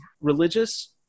religious